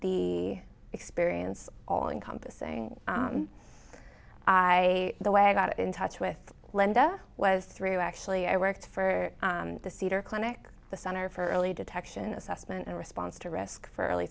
the experience all encompassing i the way i got in touch with linda was through actually i worked for the cedar clinic the center for early detection assessment and response to risk for early